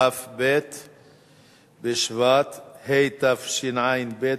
כ"ב בשבט התשע"ב,